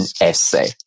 essay